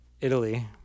Italy